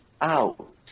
out